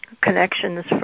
connections